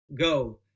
Go